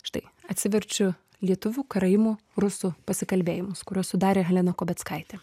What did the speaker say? štai atsiverčiu lietuvių karaimų rusų pasikalbėjimus kuriuos sudarė halina kobeckaitė